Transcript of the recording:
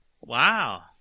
Wow